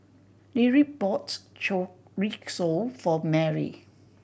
Lyric bought Chorizo for Mary